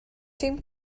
dim